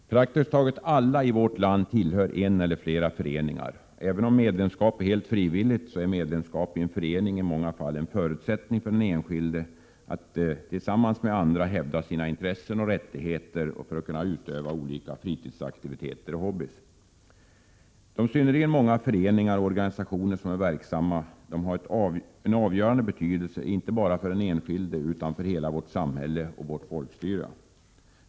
Herr talman! Praktiskt taget alla i vårt land tillhör en eller flera föreningar. Även om medlemskap är helt frivilligt är medlemskap i en förening i många fall en förutsättning för den enskilde att tillsammans med andra hävda sina intressen och rättigheter och för att kunna utöva olika fritidsaktiviteter och hobbyer. De synnerligen många föreningar och organisationer som är verksamma har en avgörande betydelse inte bara för den enskilde utan för hela vårt samhälle och vårt folkstyre.